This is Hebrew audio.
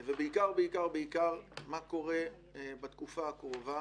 ובעיקר בעיקר מה קורה בתקופה הקרובה